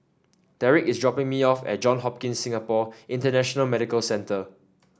Derrek is dropping me off at John Hopkins Singapore International Medical Centre